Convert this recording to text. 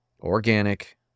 organic